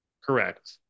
Correct